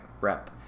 rep